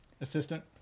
Assistant